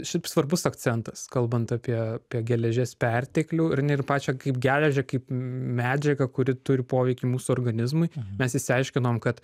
šiaip svarbus akcentas kalbant apie apie geležies perteklių ar ne ir pačią kaip geležį kaip medžiagą kuri turi poveikį mūsų organizmui mes išsiaiškinom kad